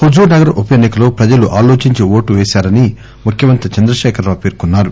హూజూర్ నగర్ ఉప ఎన్నికలో ప్రజలు ఆలోచించి ఓట్ పేసారని ముఖ్యమంత్రి చంద్రశేఖరరావు పేర్కొన్నా రు